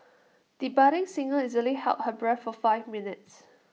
the budding singer easily held her breath for five minutes